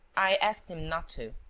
i asked him not to.